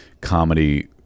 comedy